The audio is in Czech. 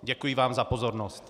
Děkuji vám za pozornost.